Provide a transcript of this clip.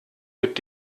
mit